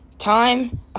Time